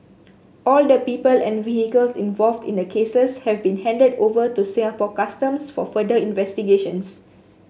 all the people and vehicles involved in the cases have been handed over to Singapore Customs for further investigations